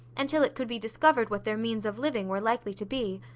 and till it could be discovered what their means of living were likely to be.